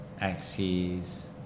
axes